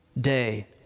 day